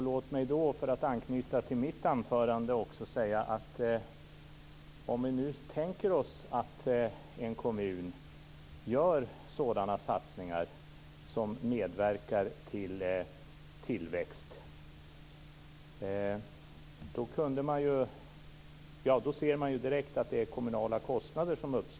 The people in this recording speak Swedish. Låt mig, för att anknyta till mitt anförande, säga att om vi nu tänker oss att en kommun gör sådana satsningar som medverkar till tillväxt, så uppstår det ju kommunala kostnader.